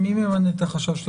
מי ממנה את החשב?